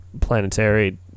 planetary